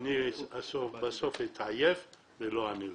ואני בסוף אתעייף ולא אענה לך.